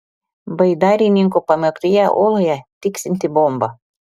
baidarininkų pamėgtoje ūloje tiksinti bomba